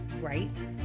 right